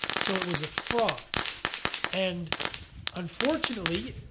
so it was a fraud and unfortunately,